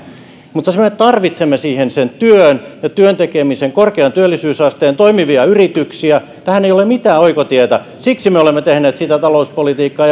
mutta me tarvitsemme siihen sen työn ja työn tekemisen korkean työllisyysasteen toimivia yrityksiä tähän ei ole mitään oikotietä siksi me olemme tehneet sitä talouspolitiikkaa